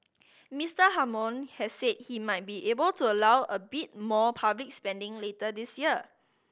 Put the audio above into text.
Mister Hammond has said he might be able to allow a bit more public spending later this year